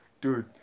dude